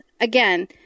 again